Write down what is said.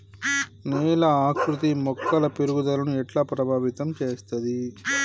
నేల ఆకృతి మొక్కల పెరుగుదలను ఎట్లా ప్రభావితం చేస్తది?